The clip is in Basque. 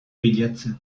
bilatzen